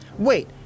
Wait